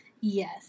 Yes